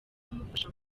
kumufasha